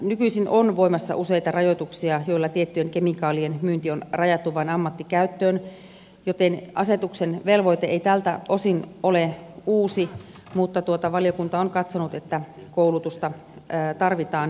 nykyisin on voimassa useita rajoituksia joilla tiettyjen kemikaalien myynti on rajattu vain ammattikäyttöön joten asetuksen velvoite ei tältä osin ole uusi mutta valiokunta on katsonut että koulutusta ja tiedottamista tarvitaan